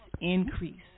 increase